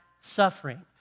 suffering